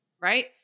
right